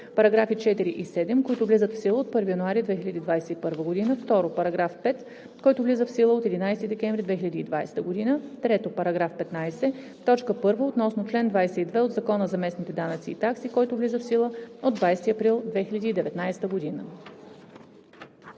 Параграфи 4 и 7, които влизат в сила от 1 януари 2021 г. 2. Параграф 5, който влиза в сила от 11 декември 2020 г. 3. Параграф 15, т. 1 относно чл. 22 от Закона за местните данъци и такси, който влиза в сила от 20 април 2019 г.“